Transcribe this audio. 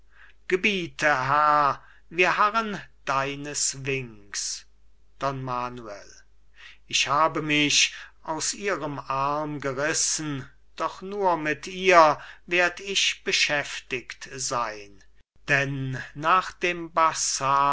herr wir harren deines winks don manuel ich habe mich aus ihrem arm gerissen doch nur mit ihr werd ich beschäftigt sein denn nach dem